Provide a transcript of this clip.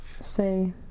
Say